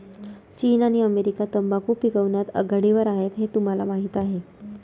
चीन आणि अमेरिका तंबाखू पिकवण्यात आघाडीवर आहेत हे तुम्हाला माहीत आहे